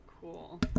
Cool